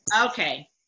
Okay